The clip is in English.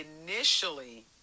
initially